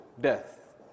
death